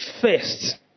first